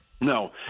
no